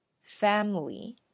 family